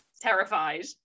terrified